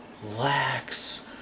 Relax